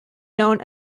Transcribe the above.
known